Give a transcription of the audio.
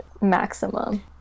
maximum